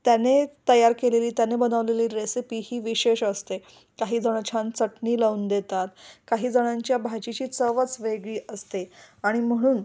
त्याने तयार केलेली त्याने बनवलेली रेसिपी ही विशेष असते काही जणं छान चटणी लावून देतात काही जणांच्या भाजीची चवच वेगळी असते आणि म्हणून